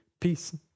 peace